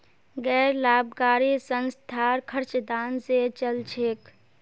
गैर लाभकारी संस्थार खर्च दान स चल छेक